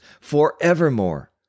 forevermore